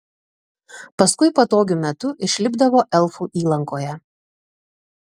paskui patogiu metu išlipdavo elfų įlankoje